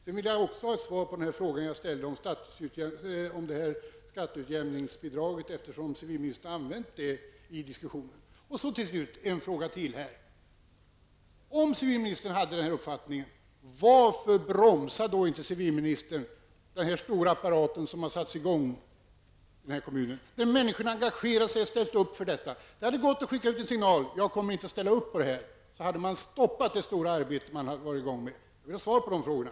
Jag skulle också vilja ha svar på frågan om skatteutjämningsbidraget, eftersom civilministern har använt det i diskussionen. Varför bromsar inte civilministern den stora apparat som har satts i gång i kommunen? Människor har engagerat sig och ställt upp. Det hade gått att sända ut signaler att civilministern inte ställer upp på detta. Då hade det arbetet stoppats. Jag vill ha svar på frågorna.